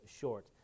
short